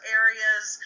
areas